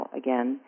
again